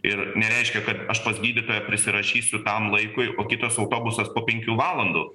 ir nereiškia kad aš pas gydytoją prisirašysiu tam laikui o kitas autobusas po penkių valandų